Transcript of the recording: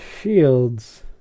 shields